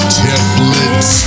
templates